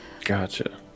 gotcha